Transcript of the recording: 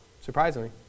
surprisingly